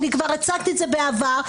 שהצגתי זאת בעבר,